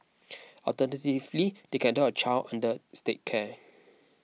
alternatively they can adopt a child under State care